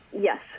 Yes